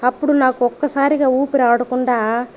అప్పుడు నాకు ఒక్కసారిగా ఊపిరి ఆడకుండా